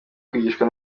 kwigishwa